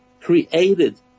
created